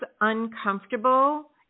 uncomfortable